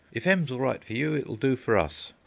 if m's all right for you, it'll do for us.